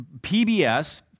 PBS